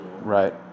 Right